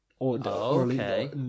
Okay